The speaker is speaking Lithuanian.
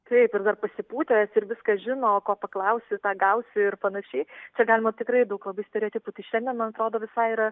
taip ir dar pasipūtęs ir viską žino ko paklausi tą gausi ir panašiai čia galima tikrai daug stereotipų tai šiandien atrodo visai yra